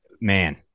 Man